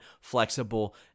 flexible